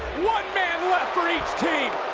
one man left for each team.